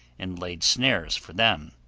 and laid snares for them,